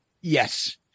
yes